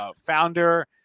Founder